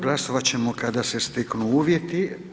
Glasovat ćemo kada se steknu uvjeti.